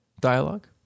Dialogue